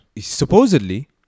supposedly